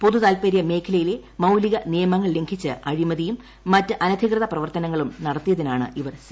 പൊതു ്താൽപര്യ മേഖലയിലെ മൌലിക നിയമങ്ങൾ ലംഘിച്ച് അഴിമതിയും മറ്റ് അനധികൃത പ്രവർത്തനങ്ങളും നടത്തിയതിനാണ് ഇവർ സി